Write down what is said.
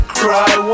cry